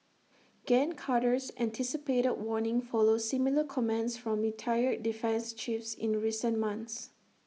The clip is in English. gen Carter's anticipated warning follows similar comments from retired defence chiefs in recent months